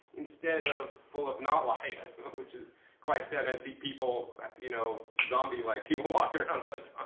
instead of full of not life which is quite sad. and i see people you know, zombie like, people walking around